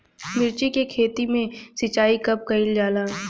मिर्चा के खेत में सिचाई कब कइल जाला?